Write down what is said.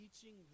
teaching